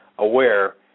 AWARE